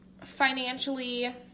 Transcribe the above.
financially